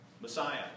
Messiah